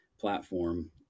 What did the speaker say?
platform